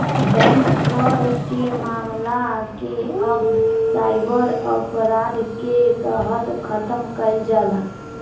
bank fraud के मामला के अब साइबर अपराध के तहत खतम कईल जाता